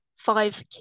Five